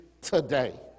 today